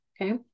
okay